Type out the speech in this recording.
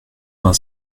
vingt